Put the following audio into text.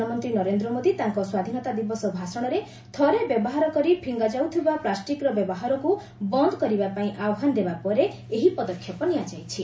ପ୍ରଧାନମନ୍ତ୍ରୀ ନରେନ୍ଦ୍ର ମୋଦୀ ତାଙ୍କର ସ୍ୱାଧୀନତା ଦିବସ ଭାଷଣରେ ଥରେ ବ୍ୟବହାର କରି ଫିଙ୍ଗା ଯାଉଥିବା ପ୍ରାଷ୍ଟିକ୍ର ବ୍ୟବହାରକୁ ବନ୍ଦ କରିବା ପାଇଁ ଆହ୍ୱାନ ଦେବା ପରେ ଏହି ପଦକ୍ଷେପ ନିଆଯାଇଛି